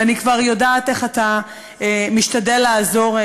ואני כבר יודעת איך אתה משתדל לעזור,